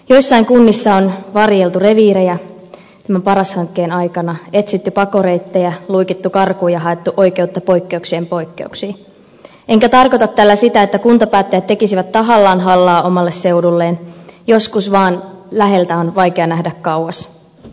joissain kunnissa on varjeltu reviirejä tämän paras hankkeen aikana etsitty pakoreittejä luikittu karkuun ja haettu oikeutta poikkeuksien poikkeuksiin enkä tarkoita tällä sitä että kuntapäättäjät tekisivät tahallaan hallaa omalle seudulleen joskus vaan läheltä on vaikea nähdä kauas